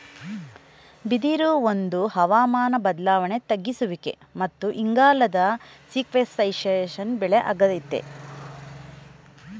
ಬಿದಿರು ಒಂದು ಹವಾಮಾನ ಬದ್ಲಾವಣೆ ತಗ್ಗಿಸುವಿಕೆ ಮತ್ತು ಇಂಗಾಲದ ಸೀಕ್ವೆಸ್ಟ್ರೇಶನ್ ಬೆಳೆ ಆಗೈತೆ